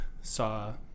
saw